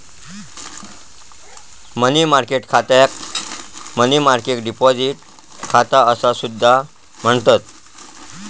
मनी market खात्याक money market deposit खाता असा सुद्धा म्हणतत